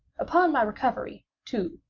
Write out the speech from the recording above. upon my recovery, too,